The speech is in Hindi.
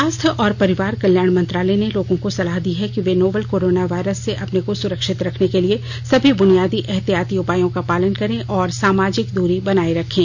स्वास्थ्य और परिवार कल्याण मंत्रालय ने लोगों को सलाह दी है कि वे नोवल कोरोना वायरस से अपने को सुरक्षित रखने के लिए सभी बुनियादी एहतियाती उपायों का पालन करें और सामाजिक दूरी बनाए रखें